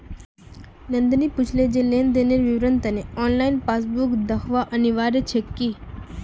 नंदनी पूछले जे लेन देनेर विवरनेर त न ऑनलाइन पासबुक दखना अनिवार्य छेक की